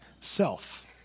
self